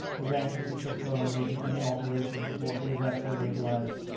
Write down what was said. was anxious to postpone making any alteration before he was absolutely obliged.